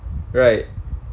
right